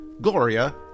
Gloria